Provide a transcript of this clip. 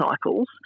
cycles